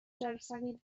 جرثقیل